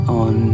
on